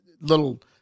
little